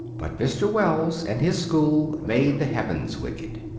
but mr. wells and his school made the heavens wicked.